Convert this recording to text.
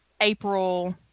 April